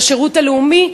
לשירות הלאומי.